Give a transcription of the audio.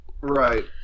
Right